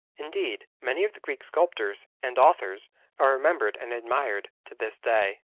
indeed, many of the greek sculptors and authors are remembered and admired to this day.